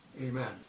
Amen